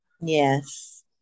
Yes